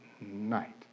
night